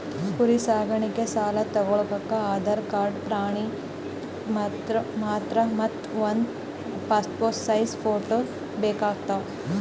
ಕುರಿ ಸಾಕಾಣಿಕೆ ಸಾಲಾ ತಗೋಳಕ್ಕ ಆಧಾರ್ ಕಾರ್ಡ್ ಪಾಣಿ ಪತ್ರ ಮತ್ತ್ ಒಂದ್ ಪಾಸ್ಪೋರ್ಟ್ ಸೈಜ್ ಫೋಟೋ ಬೇಕಾತವ್